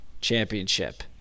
championship